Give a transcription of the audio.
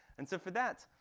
and so for that,